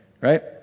right